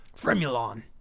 Fremulon